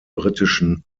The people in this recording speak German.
britischen